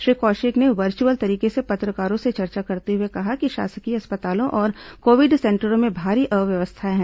श्री कौशिक ने वर्चुअल तरीके से पत्रकारों से चर्चा करते हुए कहा कि शासकीय अस्पतालों और कोविड सेंटरों में भारी अव्यवस्था है